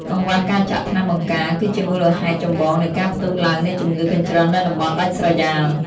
កង្វះការចាក់ថ្នាំបង្ការ គឺជាមូលហេតុចម្បងនៃការផ្ទុះឡើងនៃជម្ងឺកញ្ជ្រឹលនៅតំបន់ដាច់ស្រយាល។